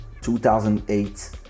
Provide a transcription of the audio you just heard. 2008